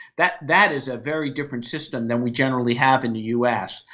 that that is a very different system than we generally have in the us.